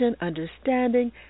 understanding